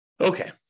Okay